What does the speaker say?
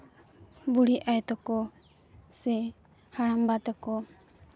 ᱵᱩᱲᱦᱤ ᱟᱭᱚ ᱛᱟᱠᱚ ᱥᱮ ᱦᱟᱲᱟᱢᱵᱟ ᱛᱟᱠᱚ